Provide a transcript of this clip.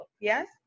yes